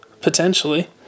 Potentially